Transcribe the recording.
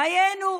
דיינו,